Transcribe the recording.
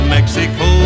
Mexico